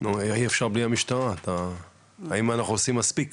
אי אפשר בלי המשטרה, האם אנחנו עושים מספיק,